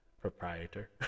proprietor